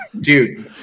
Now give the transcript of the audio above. Dude